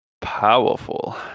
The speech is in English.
powerful